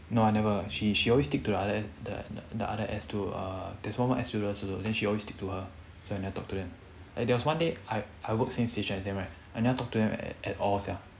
no I never she she always stick to the other the the other air steward~ there's one more air stewardess you know then she always stick to her so I never talk to them and there was one day I I work since each exam right and I never talk to her at at all sia